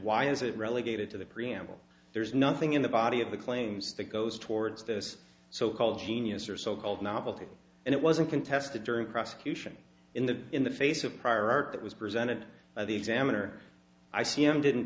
why is it relegated to the preamble there's nothing in the body of the claims that goes towards this so called genius or so called novelty and it wasn't contested during prosecution in the in the face of prior art that was presented by the examiner i c m didn't